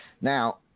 Now